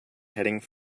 heading